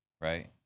right